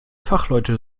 fachleute